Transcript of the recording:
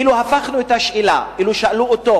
לפי דעתי, אילו הפכנו את השאלה, ואילו שאלו אותי: